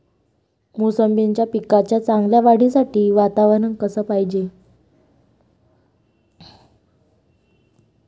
मोसंबीच्या पिकाच्या चांगल्या वाढीसाठी वातावरन कस पायजे?